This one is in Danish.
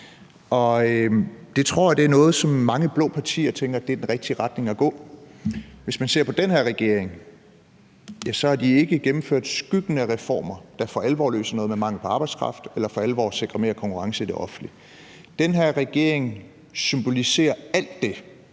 det er noget, som mange blå partier tænker er den rigtige retning at gå i. Hvis man ser på den her regering, har den ikke gennemført skyggen af reformer, der for alvor løser noget i forhold til mangel på arbejdskraft eller for alvor sikrer mere konkurrence i det offentlige. Den her regering symboliserer alt det,